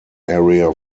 area